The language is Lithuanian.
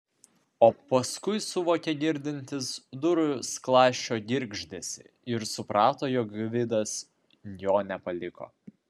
o paskui suvokė girdintis durų skląsčio girgždesį ir suprato jog gvidas jo nepaliko